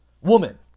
woman